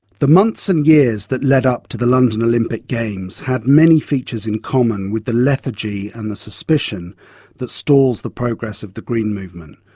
the months and years that led up to the london olympic games had many features in common with the lethargy and the suspicion that stalls of the progress of the green movement.